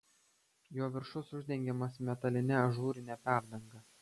jo viršus uždengiamas metaline ažūrine perdanga